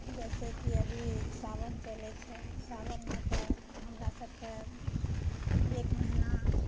जैसे की अभी सावन चलैत छै सावनमे तऽ हमरा सबकेँ एक महीना